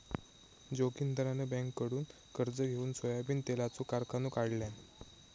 जोगिंदरान बँककडुन कर्ज घेउन सोयाबीन तेलाचो कारखानो काढल्यान